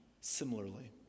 similarly